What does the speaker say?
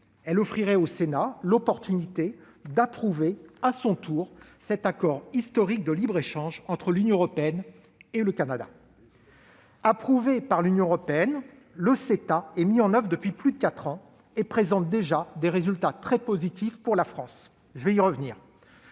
Elle offrirait au Sénat l'opportunité d'approuver à son tour cet accord historique de libre-échange entre l'Union européenne et le Canada. Peut-être pas ! Approuvé par l'Union européenne, le CETA est mis en oeuvre depuis plus de quatre ans et présente déjà des résultats très positifs pour la France. Je vais y revenir.